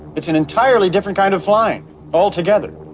it's an entirely different kind of flying altogether.